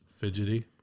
Fidgety